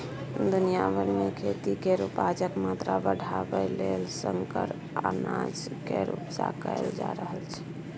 दुनिया भरि मे खेती केर उपजाक मात्रा बढ़ाबय लेल संकर अनाज केर उपजा कएल जा रहल छै